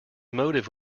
motive